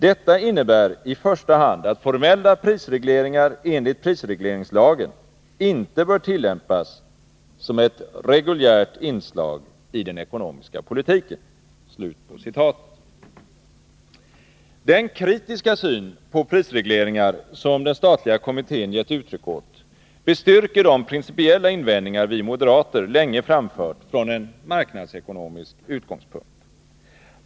Detta innebär i första hand att formella prisregleringar enligt PL” — prisregleringslagen — ”inte bör tillämpas som ett reguljärt inslag i den ekonomiska politiken.” Den kritiska syn på prisregleringar som den statliga kommittén gett uttryck åt bestyrker de principiella invändningar vi moderater länge framfört från en marknadsekonomisk utgångspunkt.